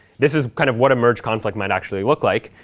this is kind of what a merge conflict might actually look like.